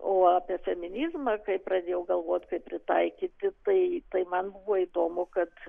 o apie feminizmą kai pradėjau galvot kaip pritaikyti tai tai man buvo įdomu kad